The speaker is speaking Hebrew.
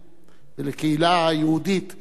ולקהילה היהודית בווילנה.